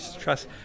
Trust